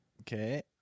Okay